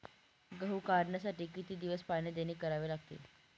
गहू काढण्याआधी किती दिवस पाणी देणे बंद करावे?